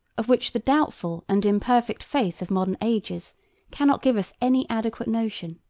of which the doubtful and imperfect faith of modern ages cannot give us any adequate notion.